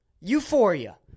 Euphoria